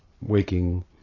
waking